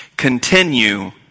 continue